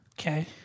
okay